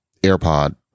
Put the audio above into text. AirPod